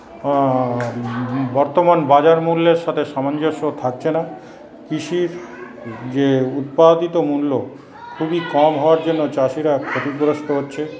বর্তমান বাজার মূল্যের সাথে সামঞ্জস্য থাকছেনা কৃষির যে উৎপাদিত মূল্য খুবই কম হওয়ার জন্য চাষীরা ক্ষতিগ্রস্ত হচ্ছে